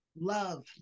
love